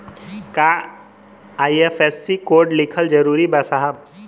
का IFSC code लिखल जरूरी बा साहब?